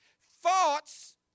Thoughts